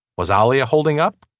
was ali a holding up.